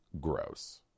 gross